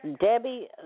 Debbie